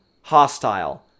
hostile